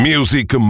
Music